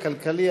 הכלכלי,